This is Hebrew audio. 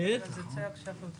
אפשר להציג את זה על המסך?